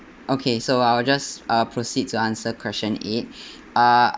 okay so I will just uh proceed to answer question eight uh